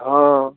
हाँ